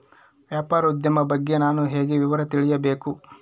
ವ್ಯಾಪಾರೋದ್ಯಮ ಬಗ್ಗೆ ನಾನು ಹೇಗೆ ವಿವರ ತಿಳಿಯಬೇಕು?